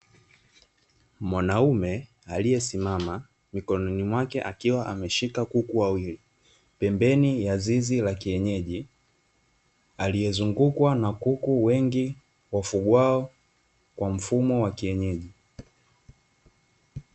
Mwanaume aliyesimama, mikononi mwake akiwa ameshika kuku wawili, pembeni ya zizi la kienyeji aliyezungukwa na kuku wengi wafugwao kwa mfumo wa kienyeji.